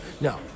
No